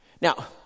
Now